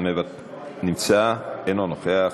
אינו נוכח.